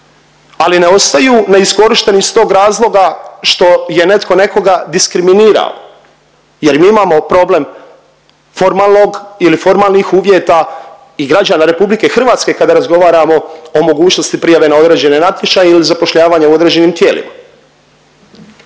ali ne ostaju neiskorišteni iz tog razloga što je netko nekoga diskriminirao jer mi imamo problem formalnog ili formalnih uvjeta i građana RH kada razgovaramo o mogućnosti prijave na određene natječaje ili zapošljavanje u određenim tijelima.